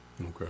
Okay